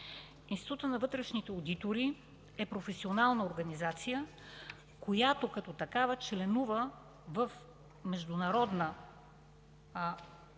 Институтът на вътрешните одитори е професионална организация, която като такава членува в Международната организация